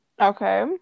Okay